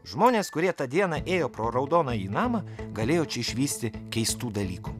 žmonės kurie tą dieną ėjo pro raudonąjį namą galėjo čia išvysti keistų dalykų